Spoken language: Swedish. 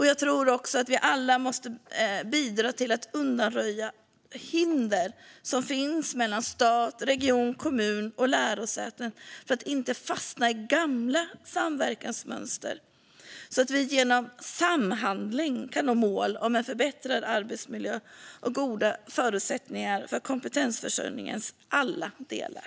Jag tror också att vi alla måste bidra till att undanröja hinder som finns mellan stat, region, kommun och lärosäten så att vi inte fastnar i gamla samverkansmönster och så att vi genom samhandling kan nå mål om en förbättrad arbetsmiljö och goda förutsättningar för kompetensförsörjningens alla delar.